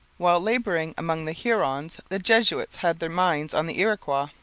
while labouring among the hurons the jesuits had their minds on the iroquois.